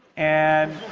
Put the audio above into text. and